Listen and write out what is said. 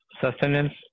sustenance